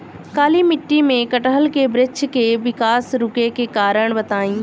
काली मिट्टी में कटहल के बृच्छ के विकास रुके के कारण बताई?